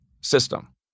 system